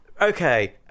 okay